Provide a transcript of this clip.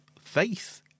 faith